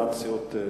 והנשיאות,